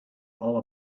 all